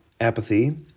apathy